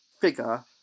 figure